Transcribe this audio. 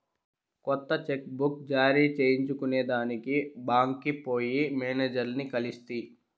కొత్త cheque book జారీ చేయించుకొనేదానికి బాంక్కి పోయి మేనేజర్లని కలిస్తి